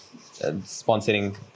sponsoring